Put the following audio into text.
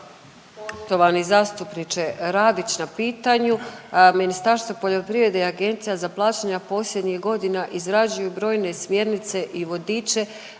poštovani zastupniče Radić na pitanju. Ministarstvo poljoprivrede i Agencija za plaćanja posljednjih godina izrađuju brojne smjernice i vodiče